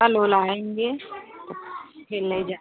कल उल आएँगे फिर ले जाएँगे